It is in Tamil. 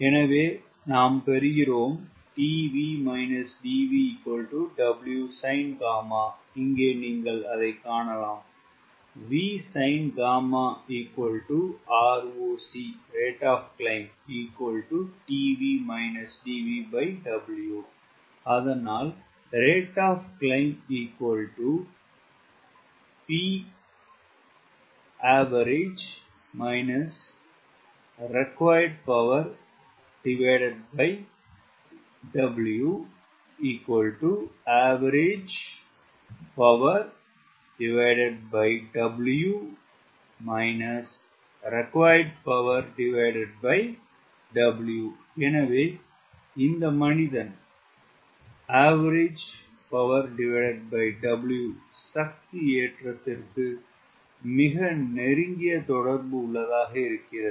எனவே நாங்கள் பெறுகிறோம் இங்கே நீங்கள் அதைக் காணலாம் அதனால் எனவே இந்த மனிதன் சக்தி ஏற்றத்திற்கு மிக நெருங்கிய தொடர்பு உள்ளதாக இருக்கிறது